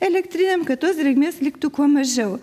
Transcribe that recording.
elektrinėm kad tos drėgmės liktų kuo mažiau